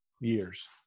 years